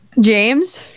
James